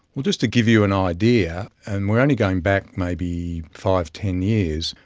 well, just to give you an idea, and we're only going back maybe five, ten years,